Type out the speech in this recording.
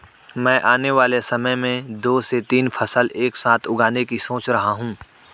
मैं आने वाले समय में दो से तीन फसल एक साथ उगाने की सोच रहा हूं